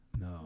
no